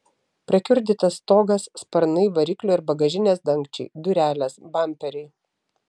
prakiurdytas stogas sparnai variklio ir bagažinės dangčiai durelės bamperiai